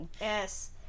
yes